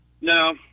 No